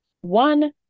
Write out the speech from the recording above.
one